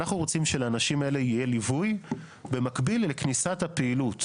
אנחנו רוצים שלאנשים האלה יהיה ליווי במקביל לכניסת הפעילות,